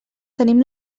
tenim